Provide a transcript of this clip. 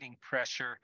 pressure